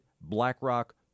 BlackRock